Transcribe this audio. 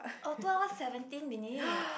oh two hour seventeen minute